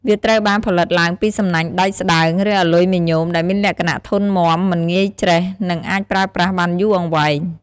វាត្រូវបានផលិតឡើងពីសំណាញ់ដែកស្ដើង ឬអាលុយមីញ៉ូមដែលមានលក្ខណៈធន់មាំ មិនងាយច្រេះ និងអាចប្រើប្រាស់បានយូរអង្វែង។